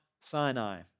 Sinai